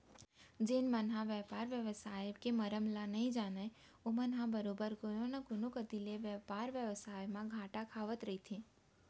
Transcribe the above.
जेन मन ह बेपार बेवसाय के मरम ल नइ जानय ओमन ह बरोबर कोनो न कोनो कोती ले बेपार बेवसाय म घाटा खावत रहिथे